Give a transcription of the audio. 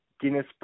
Guinness